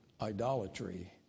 idolatry